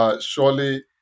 Surely